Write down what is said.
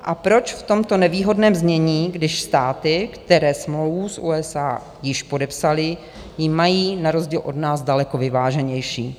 A proč v tomto nevýhodném znění, když státy, které smlouvu s USA již podepsaly, ji mají na rozdíl od nás daleko vyváženější?